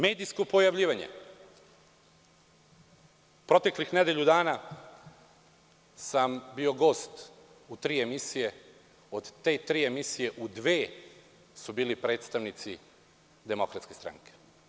Medijsko pojavljivanje, proteklih nedelju dana sam bio gost u tri emisije, od te tri emisije u dve su bili predstavnici Demokratske stranke.